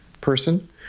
person